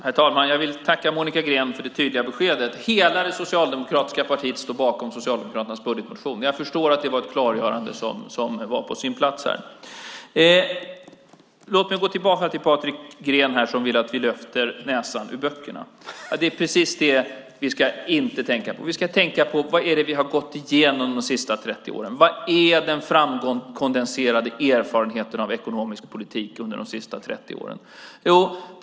Herr talman! Jag vill tacka Monica Green för det tydliga beskedet: Hela det socialdemokratiska partiet står bakom Socialdemokraternas budgetmotion. Jag förstår att det var ett klargörande som var på sin plats. Låt mig gå tillbaka till Patrik Björck som vill att vi lyfter näsan från böckerna. Det är precis det vi inte ska tänka på. Vi ska tänka på vad vi gått igenom de senaste 30 åren, vad som är den framkondenserade erfarenheten av ekonomisk politik under de senaste 30 åren.